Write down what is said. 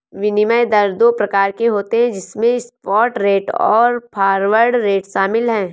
विनिमय दर दो प्रकार के होते है जिसमे स्पॉट रेट और फॉरवर्ड रेट शामिल है